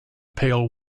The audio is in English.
pail